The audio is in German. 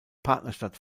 partnerstadt